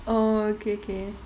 oh okay okay